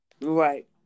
Right